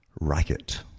racket